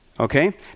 Okay